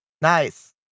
Nice